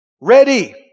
Ready